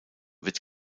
wird